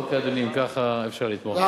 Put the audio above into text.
אוקיי, אדוני, אם כך, אפשר לתמוך.